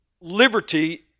liberty